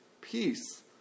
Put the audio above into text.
peace